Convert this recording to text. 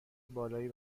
بالایی